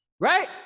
right